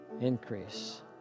Increase